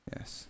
Yes